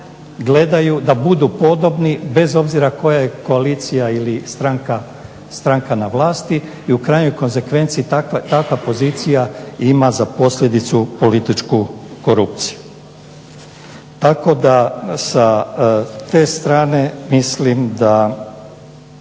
namještenici budu podobni bez obzira koja je koalicija ili stranka na vlasti i u krajnjoj konzekvenci takva pozicija ima za posljedicu političku korupciju. Tako da sa te strane mislim da